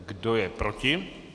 Kdo je proti?